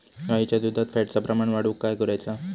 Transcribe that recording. गाईच्या दुधात फॅटचा प्रमाण वाढवुक काय करायचा?